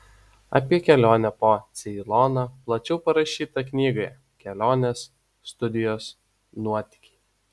apie kelionę po ceiloną plačiau parašyta knygoje kelionės studijos nuotykiai